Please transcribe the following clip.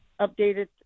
updated